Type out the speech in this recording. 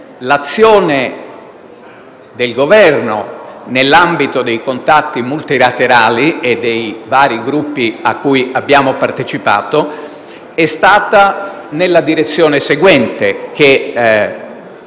l'azione del Governo, nell'ambito dei contatti multilaterali e dei vari gruppi a cui abbiamo partecipato, è andata nella direzione seguente, che